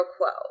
quo